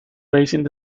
racing